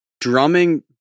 drumming